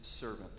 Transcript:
servant